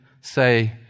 say